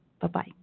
Bye-bye